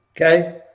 Okay